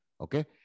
Okay